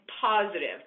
positive